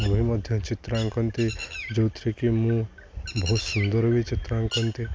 ମୁଁ ମଧ୍ୟ ଚିତ୍ର ଆଙ୍କନ୍ତି ଯେଉଁଥିରେ କିି ମୁଁ ବହୁତ ସୁନ୍ଦର ବି ଚିତ୍ର ଆଙ୍କନ୍ତି